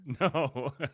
No